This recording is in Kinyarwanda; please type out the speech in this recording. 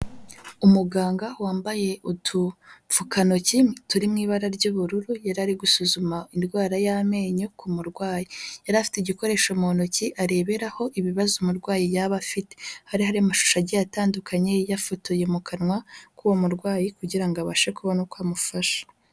Umuganga wambaye utupfukantoki turi mu ibara ry'ubururu, yari ari gusuzuma indwara y'amenyo ku murwayi, yari afite igikoresho mu ntoki areberaho ibibazo umurwayi yaba afite, hari hari amashusho agiye atandukanye yafotoye mu kanwa k'uwo murwayi kugira ngo abashe kubona uko amufasha.